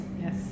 Yes